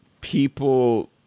people